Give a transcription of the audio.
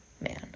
man